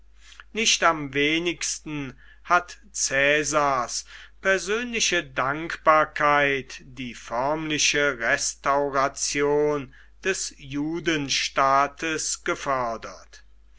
nicht am wenigsten hat caesars persönliche dankbarkeit die förmliche restauration des judenstaates gefördert